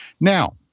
Now